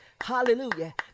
Hallelujah